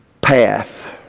path